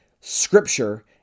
scripture